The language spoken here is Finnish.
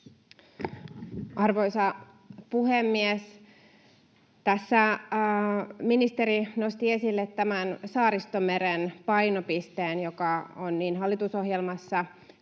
Arvoisa puhemies! Tässä ministeri nosti esille tämän Saaristomeren painopisteen, joka on niin hallitusohjelmassa kuin